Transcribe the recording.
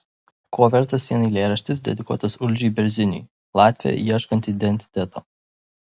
ko vertas vien eilėraštis dedikuotas uldžiui berziniui latvė ieškanti identiteto